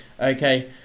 okay